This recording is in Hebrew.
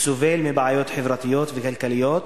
שסובל מבעיות חברתיות וכלכליות